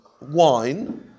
wine